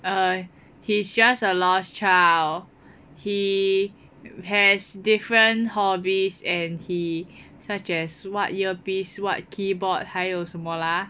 err he's just a lost child he has different hobbies and he such as what ear piece what keyboard 还有什么啦